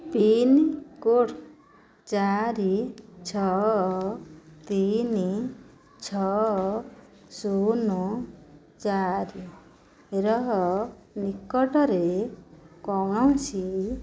pincode ଚାରି ଛଅ ତିନି ଛଅ ଶୂନ ଚାରି ରହ ନିକଟରେ କୌଣସି